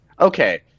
okay